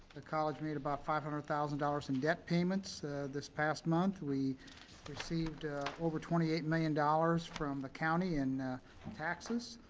the college made about five hundred thousand dollars in debt payments this past month. we received over twenty eight million dollars from the county in taxes.